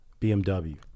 BMW